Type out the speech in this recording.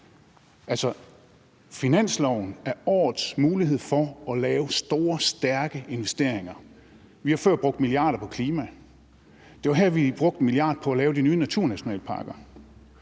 Finansloven er årets mulighed for at lave store, stærke investeringer. Vi har før brugt milliarder på klima. Det var her, vi brugte 1 mia. kr. på at lave de nye naturnationalparker.